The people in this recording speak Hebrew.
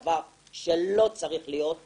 דבר אחרון אני רוצה לומר.